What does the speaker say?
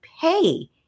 pay